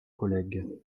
collègue